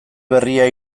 berria